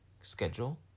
schedule